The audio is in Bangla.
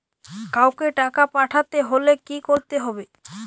কাওকে টাকা পাঠাতে হলে কি করতে হবে?